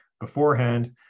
beforehand